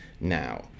now